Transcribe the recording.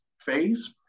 phase